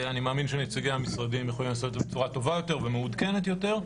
אני מאמין שנציגי המשרדים יכולים לעשות את זה בצורה טובה ומעודכנת יותר.